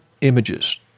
images